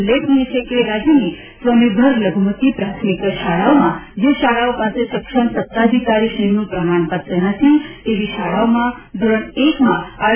ઉલ્લેખનીય છે કે રાજ્યની સ્વાનિર્ભર લઘુમતિ પ્રાથમિક શાળાઓમાં જે શાળાઓ પાસે સક્ષમ સત્તાધિકારીશ્રીનું પ્રમાણપત્ર નથી તેવી શાળાઓમાં ધોરણ આર